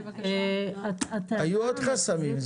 היו עוד חסמים.